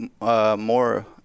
more